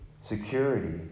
security